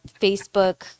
Facebook